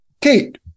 Kate